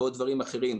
ועוד דברים אחרים.